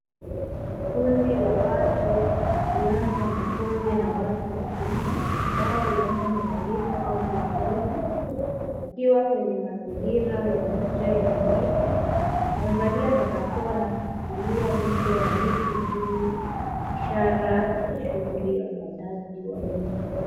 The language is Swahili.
Kundi la watu wakiwemo wanafunzi na watu wazima ambao huenda ni walimu au viongozi wakiwa kwenye mazingira ya nje yenye miti. Wamevalia barakoa na kushikilia miche ya miti juu ishara ya shughuli ya upandaji wa miti.